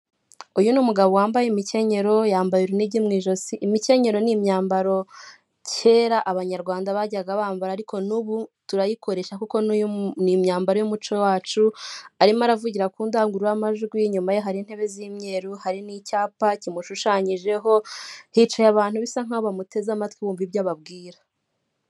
Uyu ni umugabo wambaye imikenyerero, yambaye urunigi mu ijosi. Imikenyero ni imyambaro kera abanyarwanda bajyaga bambara ariko n'ubu turayikoresha kuko n'uyu ni imyambaro y'umuco wacu, arimo aravugira ku ndangururamajwi, inyuma ye hari intebe z'imyeru hari n'icyapa kimushushanyijeho, hicaye abantu bisa nk'aho bamuteze amatwi wumva ibyo ababwira.